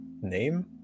name